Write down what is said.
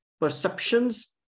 perceptions